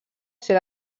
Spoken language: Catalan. ser